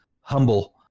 humble